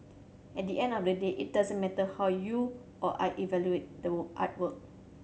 at the end of the day it doesn't matter how you or I evaluate the artwork